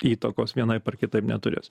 įtakos vienaip ar kitaip neturės